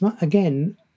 again